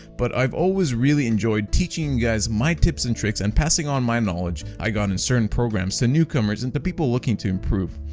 but i've always really enjoyed teaching you guys my tips and tricks, and passing on my knowledge i got in certain programs, to newcomers and to people looking to improve.